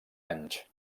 anys